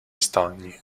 stagni